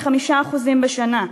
מ-5% בשנה,